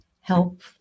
help